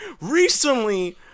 Recently